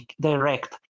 direct